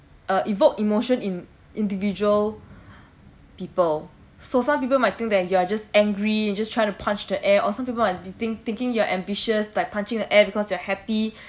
uh evoke emotion in individual people so some people might think that you are just angry you just try to punch the air or some people might be think thinking you are ambitious like punching the air because you are happy